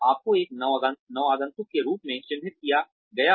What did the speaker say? आपको एक नवागंतुक के रूप में चिन्हित किया गया है